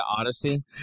Odyssey